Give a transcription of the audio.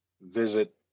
visit